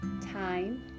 time